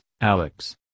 Alex